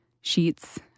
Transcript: sheets